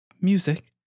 music